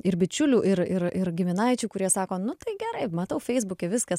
ir bičiulių ir ir ir giminaičių kurie sako nu tai gerai matau feisbuke viskas